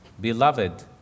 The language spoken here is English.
Beloved